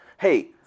hey